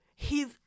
hes